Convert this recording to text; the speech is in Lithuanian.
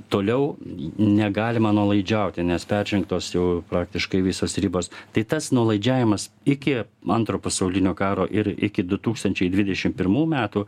toliau negalima nuolaidžiauti nes peržengtos jau praktiškai visos ribos tai tas nuolaidžiavimas iki antro pasaulinio karo ir iki du tūkstančiai dvidešimt pirmų metų